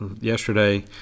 yesterday